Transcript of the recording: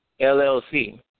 LLC